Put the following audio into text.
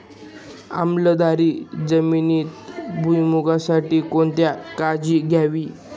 आम्लधर्मी जमिनीत भुईमूगासाठी कोणती काळजी घ्यावी?